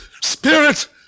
Spirit